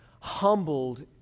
humbled